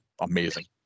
amazing